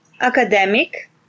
academic